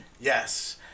Yes